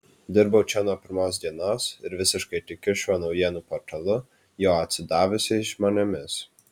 dirbau čia nuo pirmos dienos ir visiškai tikiu šiuo naujienų portalu jo atsidavusiais žmonėmis